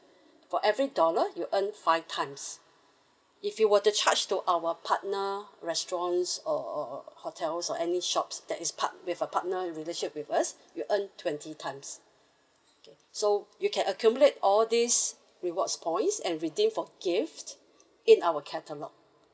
for every dollar you earn five times if you were to charge to our partner restaurants or or hotels or any shops that is part with a partner relationship with us you earn twenty times so you can accumulate all these rewards points and redeem for gift in our catalogue